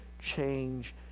change